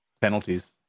Penalties